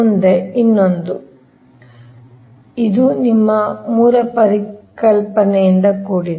ಮುಂದೆ ಇನ್ನೊಂದು ಇದು ನಿಮ್ಮ ಮೂಲ ಪರಿಕಲ್ಪನೆಯಿಂದ ಕೂಡಿದೆ